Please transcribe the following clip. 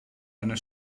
einer